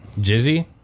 Jizzy